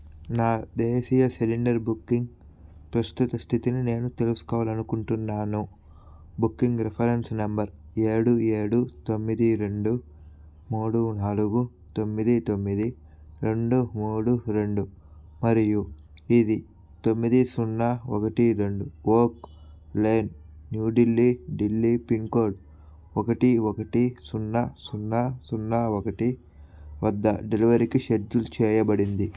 నా దేశీయ cylinder booking ప్రస్తుత స్థితిని నేను తెలుసుకోవాలనుకుంటున్నాను బుకింగ్ రిఫరెన్స్ నంబర్ ఏడు ఏడు తొమ్మిది రెండు మూడు నాలుగు తొమ్మిది తొమ్మిది రెండు మూడు రెండు మరియు ఇది తొమ్మిది సున్నా ఒకటి రెండు oak lane New Delhi Delhi pin code ఒకటి ఒకటి సున్నా సున్నా సున్నా ఒకటి వద్ద డెలివరీకి షెడ్యూల్ చేయబడింది